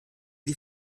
die